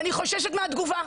ואני חוששת מהתגובה.